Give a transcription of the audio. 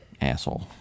Asshole